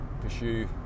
pursue